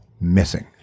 missing